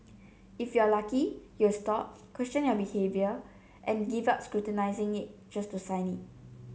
if you're lucky you'll stop question your behaviour and give up scrutinising it just to sign it